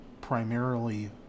primarily